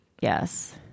Yes